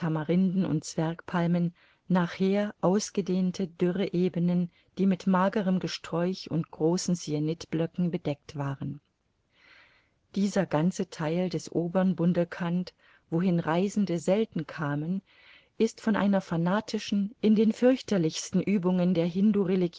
und zwergpalmen nachher ausgedehnte dürre ebenen die mit magerem gesträuch und großen syenitblöcken bedeckt waren dieser ganze theil des obern bundelkund wohin reisende selten kamen ist von einer fanatischen in den fürchterlichsten uebungen der